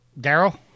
daryl